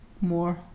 more